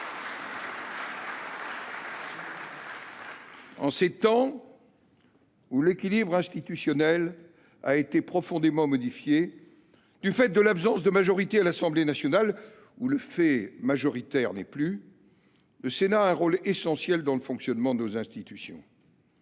En ces temps où l’équilibre institutionnel a été profondément modifié du fait de l’absence de majorité à l’Assemblée nationale, en ces temps où le fait majoritaire n’est plus, le Sénat a un rôle essentiel dans le fonctionnement de nos institutions.